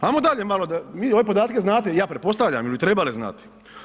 Ajmo dalje malo, vi ove podatke znate ja pretpostavljam, vi bi trebali znati.